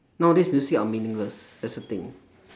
nowadays music are meaningless that's the thing